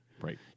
Right